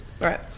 Right